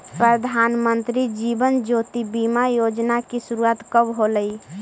प्रधानमंत्री जीवन ज्योति बीमा योजना की शुरुआत कब होलई